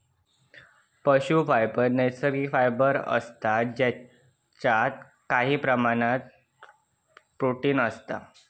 पशू फायबर नैसर्गिक फायबर असता जेच्यात काही प्रमाणात थोडा प्रोटिन असता